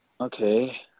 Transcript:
Okay